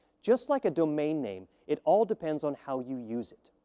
just like a domain name, it all depends on how you use it.